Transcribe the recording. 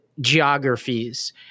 geographies